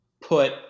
put